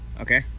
Okay